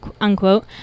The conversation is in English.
unquote